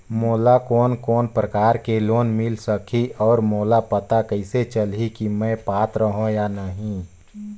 मोला कोन कोन प्रकार के लोन मिल सकही और मोला पता कइसे चलही की मैं पात्र हों या नहीं?